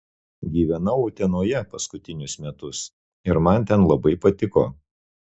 gyvenau utenoje paskutinius metus ir man ten labai patiko